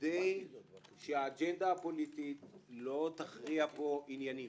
כדי שהאג'נדה הפוליטית לא תכריע עניינית.